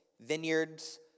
vineyards